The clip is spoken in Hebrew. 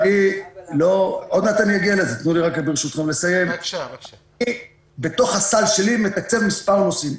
תנו לי רק ברשותכם לסיים אני בתוך הסל שלי מתקצב מספר נושאים.